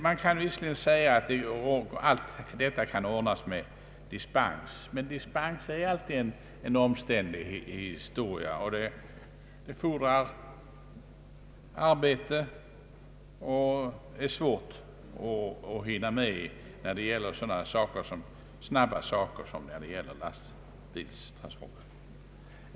Man kan visserligen säga att det hela kan ordnas genom dispens, men dispens är alltid en omständlig sak. Den fordrar arbete, och det är svårt att hinna med att ordna dispens när det gäller så snabba saker som lastbilstransporter.